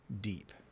deep